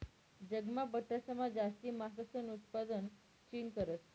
जगमा बठासमा जास्ती मासासनं उतपादन चीन करस